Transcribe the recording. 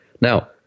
Now